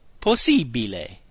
possibile